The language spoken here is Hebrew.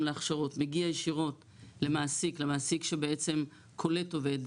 להכשרות מגיע ישירות למעסיק שבעצם קולט עובד,